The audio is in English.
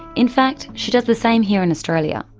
in fact she does the same here in australia.